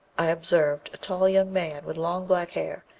i observed a tall young man, with long black hair,